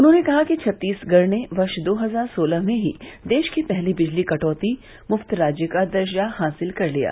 उन्होंने कहा कि छत्तीसगढ़ ने वर्ष दो हजार सोलह में ही देश के पहले बिजली कटौती मुक्त राज्य का दर्जा हासिल कर लिया